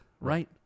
Right